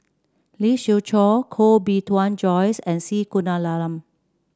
Lee Siew Choh Koh Bee Tuan Joyce and C Kunalan